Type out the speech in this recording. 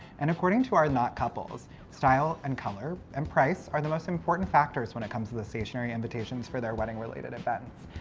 and according to our knot couples, style, and color, and price are the most important factors when it comes to the stationary invitations for their wedding related events.